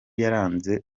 yaranze